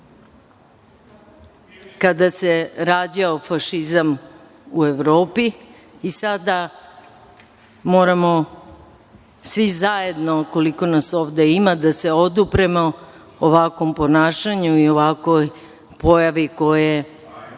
kada se rađao fašizam u Evropi. Sada moramo svi zajedno, koliko nas ovde ima, da se odupremo ovakvom ponašanju i ovakvoj pojavi koje